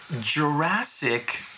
Jurassic